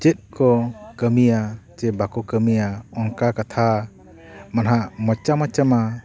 ᱪᱮᱫ ᱠᱚ ᱠᱟᱹᱢᱤᱭᱟ ᱪᱮ ᱵᱟᱠᱚ ᱠᱟᱹᱢᱤᱭᱟ ᱚᱱᱠᱟ ᱠᱟᱛᱷᱟ ᱫᱚ ᱱᱟᱦᱟᱜ ᱢᱚᱪᱟ ᱢᱚᱪᱟ ᱢᱟ